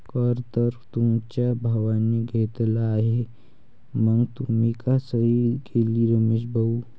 कर तर तुमच्या भावाने घेतला आहे मग तुम्ही का सही केली रमेश भाऊ?